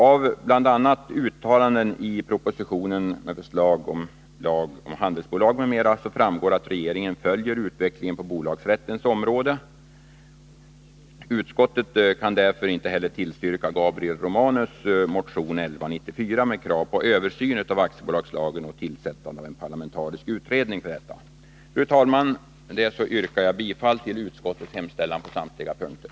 Av bl.a. uttalanden i propositionen med förslag till lag om handelsbolag m.m. framgår att regeringen följer utvecklingen på bolagsrättens område. Utskottet kan bl.a. därför inte heller tillstyrka Gabriel Romanus motion 1194 med krav på översyn av aktiebolagslagen och tillsättande av en parlamentarisk utredning för detta. Fru talman! Med det anförda yrkar jag bifall till utskottets hemställan på samtliga punkter.